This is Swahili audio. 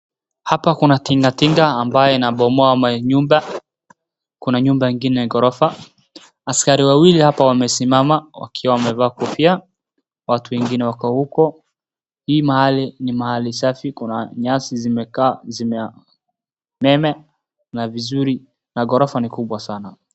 Hapa kuna tingatinga ambaye inabomoa manyumba. Kuna nyumba ingine ghorofa. Askari wawili hapa wamesimama wakiwa wamevaa kofia. Watu wengine wako huko. Hii mahali ni mahali safi. Kuna nyasi zimekaa zimemea na vizuri na ghorofa ni kubwa sana.